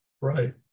Right